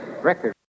record